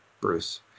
Bruce